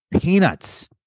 peanuts